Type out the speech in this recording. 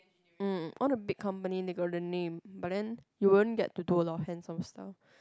mm all the big company they got the name but then you won't get to do a lot of hands on stuff